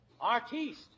Artiste